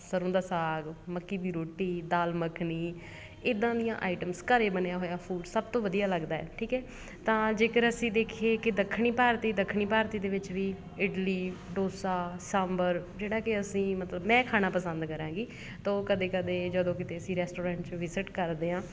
ਸਰ੍ਹੋਂ ਦਾ ਸਾਗ ਮੱਕੀ ਦੀ ਰੋਟੀ ਦਾਲ ਮੱਖਣੀ ਇੱਦਾਂ ਦੀਆਂ ਆਈਟਮਸ ਘਰ ਬਣਿਆ ਹੋਇਆ ਫੂਡ ਸਭ ਤੋਂ ਵਧੀਆ ਲੱਗਦਾ ਹੈ ਠੀਕ ਹੈ ਤਾਂ ਜੇਕਰ ਅਸੀਂ ਦੇਖੀਏ ਕਿ ਦੱਖਣੀ ਭਾਰਤ ਦੀ ਦੱਖਣੀ ਭਾਰਤੀ ਦੇ ਵਿੱਚ ਵੀ ਇਡਲੀ ਡੋਸਾ ਸਾਂਬਰ ਜਿਹੜਾ ਕਿ ਅਸੀਂ ਮਤਲਬ ਮੈਂ ਖਾਣਾ ਪਸੰਦ ਕਰਾਂਗੀ ਤਾਂ ਉਹ ਕਦੇ ਕਦੇ ਜਦੋਂ ਕਿਤੇ ਅਸੀਂ ਰੈਸਟੋਰੈਂਟ 'ਚ ਵਿਜ਼ਿਟ ਕਰਦੇ ਹਾਂ